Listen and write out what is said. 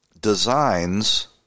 designs